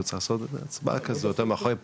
ולא צריך לעשות הצבעה כזו יותר מאחורי פרגוד: